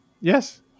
Yes